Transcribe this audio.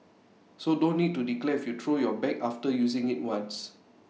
so don't need to declare if you throw your bag after using IT once